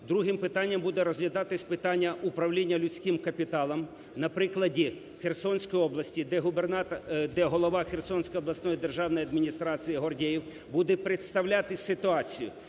другим питанням буде розглядатись питання управління людським капіталом на прикладі Херсонської області, де голова Херсонської обласної державної адміністрації Гордєєв буде представляти ситуацію.